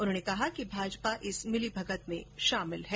उन्होंने कहा कि भाजपा इस मिलीभगत में शामिल है